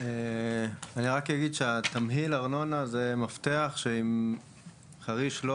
אני אומר שתמהיל הארנונה הוא מפתח שאם חריש לא